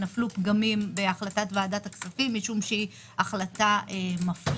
שנפלו פגמים בהחלטת ועדת הכספים משום שהיא החלטה מפלה.